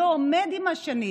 לא עומד עם השנים,